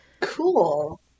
cool